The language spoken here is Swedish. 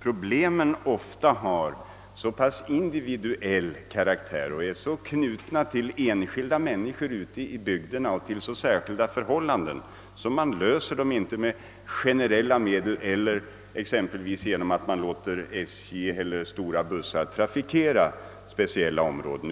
problemen ofta har så pass individuell karaktär och är så knutna till enskilda människor ute i bygderna och till så särskilda förhållanden att man inte löser dem med generella medel eller exempelvis genom att låta SJ eller stora bussar trafikera speciella områden.